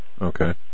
Okay